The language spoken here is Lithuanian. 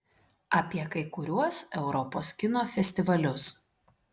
apie kai kuriuos europos kino festivalius